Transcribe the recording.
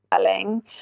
spelling